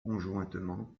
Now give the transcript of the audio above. conjointement